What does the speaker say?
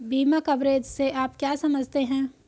बीमा कवरेज से आप क्या समझते हैं?